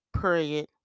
period